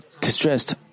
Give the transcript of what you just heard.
distressed